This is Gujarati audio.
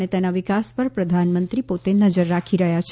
અને તેના વિકાસ પર પ્રધાનમંત્રી પોતે નજર રાખી રહ્યા છે